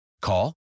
Call